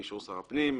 באישור שר הפנים,